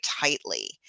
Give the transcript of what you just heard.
tightly